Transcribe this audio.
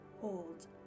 Hold